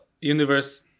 universe